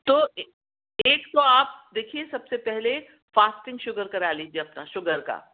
تو ایک تو آپ دیکھیے سب سے پہلے فاسٹنگ شوگر کرا لیجئے اپنا شوگر کا